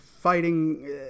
fighting